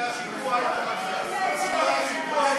1 3 נתקבלו.